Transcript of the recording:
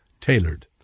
tailored